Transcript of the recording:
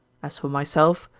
as for myself,